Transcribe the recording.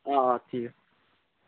অ ঠিক